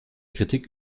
kritik